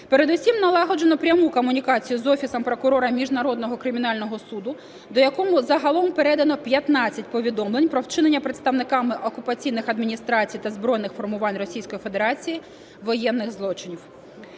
Передусім налагоджено пряму комунікацію з Офісом прокурора Міжнародного кримінального суду, до якого загалом передано 15 повідомлень про вчинення представниками окупаційних адміністрацій та збройних